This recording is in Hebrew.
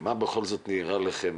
מה בכל זאת נראה לכם,